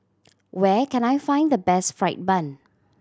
where can I find the best fried bun